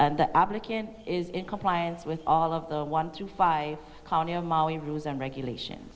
and the applicant is in compliance with all of the one through five county amalia rules and regulations